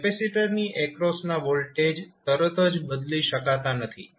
કેપેસિટરની એક્રોસના વોલ્ટેજ તરત જ બદલી શકાતા નથી